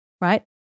right